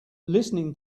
listening